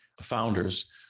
founders